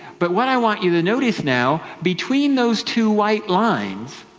but what i want you to notice now, between those two white lines